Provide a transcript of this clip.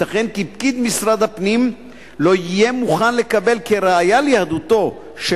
ייתכן כי פקיד משרד הפנים לא יהיה מוכן לקבל כראיה ליהדותו של